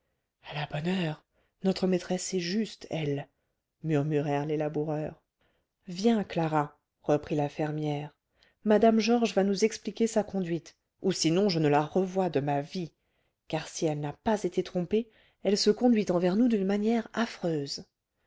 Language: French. à la bonne heure notre maîtresse est juste elle murmurèrent les laboureurs viens clara reprit la fermière mme georges va nous expliquer sa conduite ou sinon je ne la revois de ma vie car si elle n'a pas été trompée elle se conduit envers nous d'une manière affreuse